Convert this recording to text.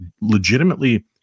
legitimately